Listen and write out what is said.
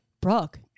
Brooke